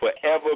forever